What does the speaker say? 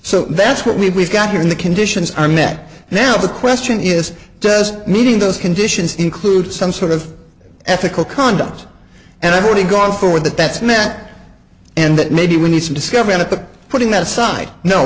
so that's what we've got here in the conditions are met now the question is does meeting those conditions include some sort of ethical conduct and i've already gone forward that that's met and that maybe we need to discover and of putting that aside no